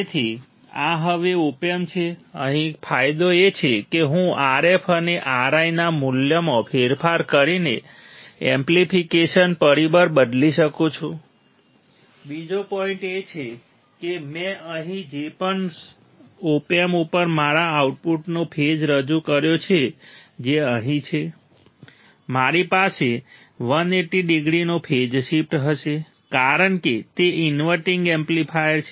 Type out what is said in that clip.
તેથી આ હવે ઓપ એમ્પ છે અહીં ફાયદો એ છે કે હું RF અને RI ના મૂલ્યમાં ફેરફાર કરીને એમ્પ્લીફિકેશન પરિબળ બદલી શકું છું બીજો પોઇન્ટ એ છે કે મેં અહીં જે પણ ઓપ એમ્પ ઉપર મારા આઉટપુટનો ફેઝ રજૂ કર્યો છે જે અહીં છે મારી પાસે 180 ડિગ્રીનો ફેઝ શિફ્ટ હશે કારણ કે તે ઇન્વર્ટિંગ એમ્પ્લીફાયર છે